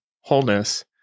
wholeness